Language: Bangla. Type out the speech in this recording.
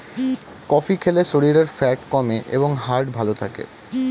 কফি খেলে শরীরের ফ্যাট কমে এবং হার্ট ভালো থাকে